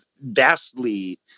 vastly